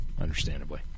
understandably